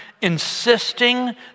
insisting